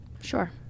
Sure